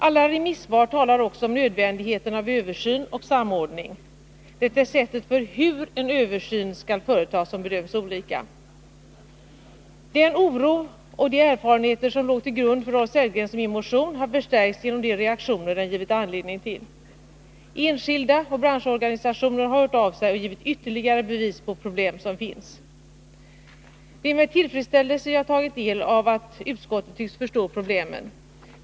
Alla remissvar talar också om nödvändigheten av översyn och samordning, det är sättet för hur en översyn skall företas som bedöms olika. Den oro och de erfarenheter som låg till grund för Rolf Sellgrens och min motion har förstärkts genom de reaktioner den givit anledning till. Enskilda och branschorganisationer har hört av sig och givit ytterligare bevis på problem som finns. Det är med tillfredsställelse jag har tagit del av att utskottet tycks förstå problemen.